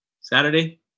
Saturday